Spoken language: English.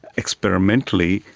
experimentally,